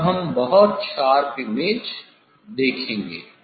तब हम बहुत शार्प इमेज देखेंगे